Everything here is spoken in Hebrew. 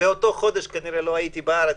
טוב, אז כנראה שבאותו חודש לא הייתי בארץ.